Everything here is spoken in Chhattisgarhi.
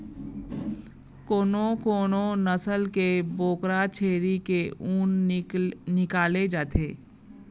कोनो कोनो नसल के बोकरा छेरी के ऊन निकाले जाथे